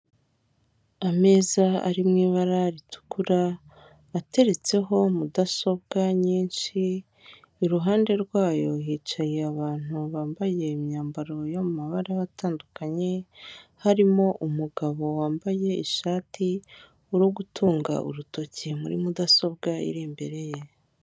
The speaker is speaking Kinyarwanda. Ameza ari mu ibara ritukura, ateretseho mudasobwa nyinshi, iruhande rwayo hicaye abantu bambaye imyambaro y'amabara atandukanye, harimo umugabo wambaye ishati, uri gutunga urutoki muri mudasobwa iri imbere ye.